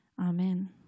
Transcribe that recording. Amen